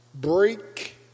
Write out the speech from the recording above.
break